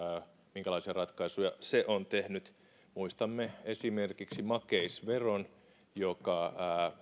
minkälaisia ratkaisuja edellinen hallitus on tehnyt muistamme esimerkiksi makeisveron joka